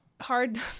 hard